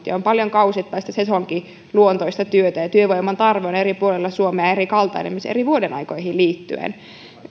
ja on paljon kausittaista sesonkiluontoista työtä ja työvoiman tarve on eri puolilla suomea erikaltainen esimerkiksi eri vuodenaikoihin liittyen